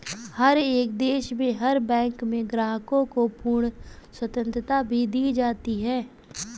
हर एक देश में हर बैंक में ग्राहकों को पूर्ण स्वतन्त्रता भी दी जाती है